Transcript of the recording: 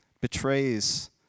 betrays